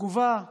התגובה היא